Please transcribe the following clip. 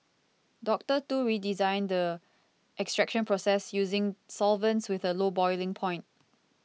Doctor Tu redesigned the extraction process using solvents with a low boiling point